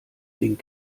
ding